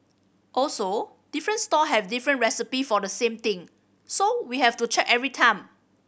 also different stall have different recipe for the same thing so we have to check every time